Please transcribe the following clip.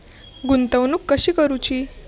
गुंतवणूक कशी करूची?